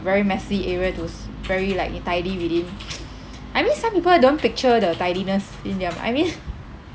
very messy area tos very like uh tidy within I mean some people don't picture the tidiness in them I mean